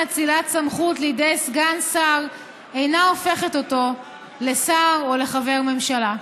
אצילת סמכות לידי סגן שר אינה הופכת אותו לשר או לחבר ממשלה.